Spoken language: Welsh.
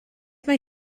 mae